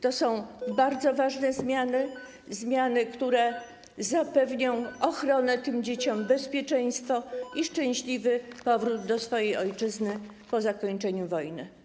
To są bardzo ważne zmiany, zmiany, które zapewnią ochronę tym dzieciom, bezpieczeństwo i szczęśliwy powrót do swojej ojczyzny po zakończeniu wojny.